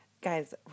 Guys